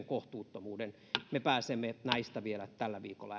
kohtuuttomuuden me pääsemme näistä vielä tällä viikolla